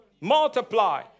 multiply